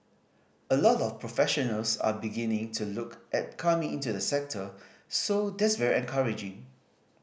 a lot of professionals are beginning to look at coming into the sector so that's very encouraging